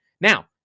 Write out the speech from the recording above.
Now